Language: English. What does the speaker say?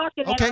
Okay